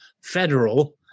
federal